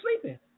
sleeping